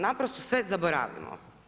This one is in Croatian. Naprosto sve zaboravimo.